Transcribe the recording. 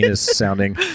sounding